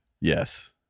Yes